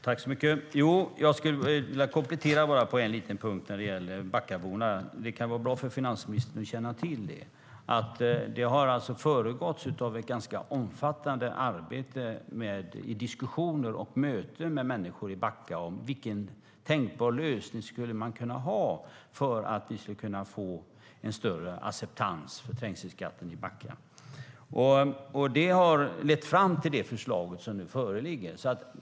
Herr talman! Jag skulle vilja komplettera på en punkt när det gäller backaborna. Det kan vara bra för finansministern att känna till att arbetet har föregåtts av omfattande diskussioner och möten med människor i Backa om en tänkbar lösning för att få en större acceptans för trängselskatten i Backa. Det har lett fram till det förslag som nu föreligger.